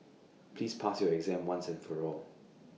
please pass your exam once and for all